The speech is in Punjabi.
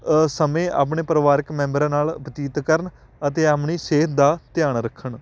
ਸਮੇਂ ਆਪਣੇ ਪਰਿਵਾਰਕ ਮੈਂਬਰਾਂ ਨਾਲ਼ ਬਤੀਤ ਕਰਨ ਅਤੇ ਆਪਣੀ ਸਿਹਤ ਦਾ ਧਿਆਨ ਰੱਖਣ